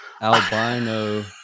albino